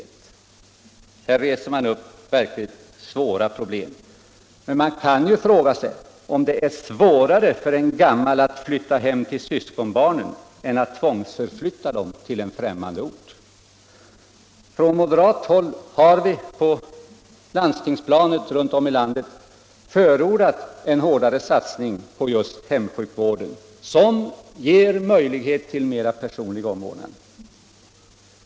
Skriften är verkligen negativ mot hemvård och reser upp verkligt svåra problem. Men man kan fråga sig om det är svårare för en gammal att flytta hem till syskonbarnen än att tvångsförflyttas till en främmande ort. Från moderat håll har vi på landstingsplanet runt om i landet förordat en hårdare satsning på just hemsjukvården, som ger möjlighet till en mera personlig omvårdnad.